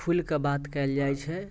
खुलि कऽ बात कयल जाइत छै